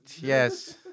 Yes